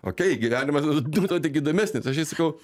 okey gyvenimas nuo to tik įdomesnis aš jai sakau